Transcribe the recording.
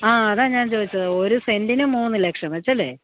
ആ അതാണ് ഞാൻ ചോദിച്ചത് ഒരു സെന്റിന് മൂന്ന് ലക്ഷം വെച്ചല്ലേ